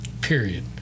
period